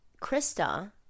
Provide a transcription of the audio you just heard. Krista